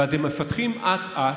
ואתם מפתחים אט-אט,